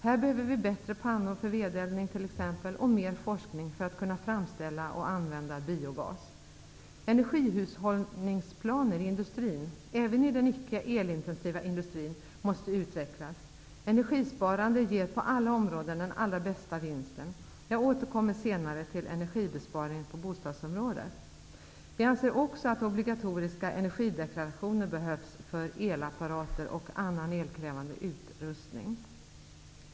Här behöver vi bättre pannor för vedeldning t.ex. och mer forskning för att kunna framställa och använda biogas. Energihushållningsplaner i industrin, även i den icke elintensiva industrin, måste utvecklas. Energisparande ger på alla områden den allra bästa vinsten. Jag återkommer senare till energibesparing på bostadsområdet. Vi anser också att obligatoriska energideklarationer behövs för elapparater och annan elkrävande utrustning.